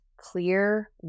clear